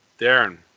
darren